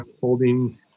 holding